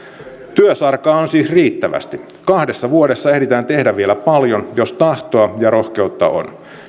työsarkaa on siis riittävästi kahdessa vuodessa ehditään tehdä vielä paljon jos tahtoa ja rohkeutta on